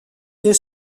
des